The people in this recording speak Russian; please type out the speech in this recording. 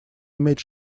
иметь